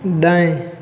दाएँ